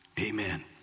Amen